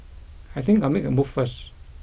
I think I'll make a move first